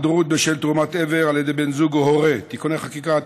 בשל תרומת איבר על ידי בן זוג או הורה) (תיקוני חקיקה),